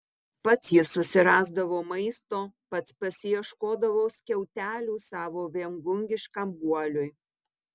pats jis susirasdavo maisto pats pasiieškodavo skiautelių savo viengungiškam guoliui